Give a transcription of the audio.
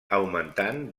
augmentant